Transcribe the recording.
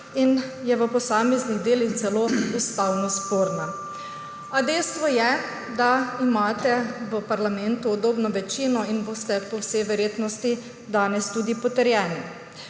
in je v posameznih delih celo ustavno sporna. A dejstvo je, da imate v parlamentu udobno večino in boste po vsej verjetnosti danes tudi potrjeni.